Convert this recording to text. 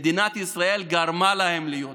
מדינת ישראל גרמה להם להיות ככה,